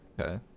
Okay